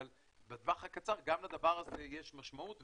אבל בטווח הקצר גם לדבר הזה יש משמעות.